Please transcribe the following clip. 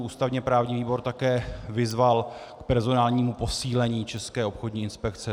Ústavněprávní výbor také vyzval k personálnímu posílení České obchodní inspekce.